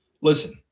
listen